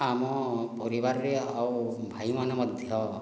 ଆମ ପରିବାରରେ ଆଉ ଭାଇମାନେ ମଧ୍ୟ